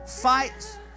fight